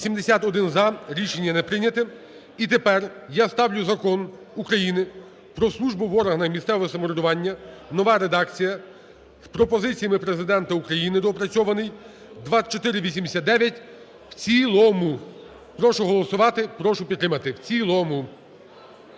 За-81 Рішення не прийнято. І тепер я ставлю Закон України "Про службу в органах місцевого самоврядування" (нова редакція) з пропозиціями Президента України (доопрацьований) (2489) в цілому. Прошу голосувати, прошу підтримати. В цілому.